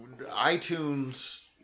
iTunes